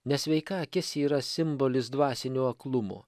nesveika akis yra simbolis dvasinio aklumo